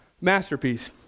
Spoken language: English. masterpiece